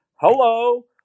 hello